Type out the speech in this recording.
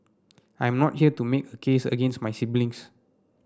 I am not here to make a case against my siblings